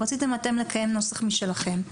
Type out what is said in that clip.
רציתם אתם לקיים נוסח משלכם.